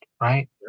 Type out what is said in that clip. right